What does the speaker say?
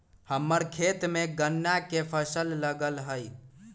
हम्मर खेत में गन्ना के फसल लगल हई